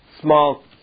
small